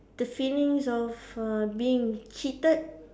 the feelings of uh being cheated